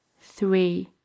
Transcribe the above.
Three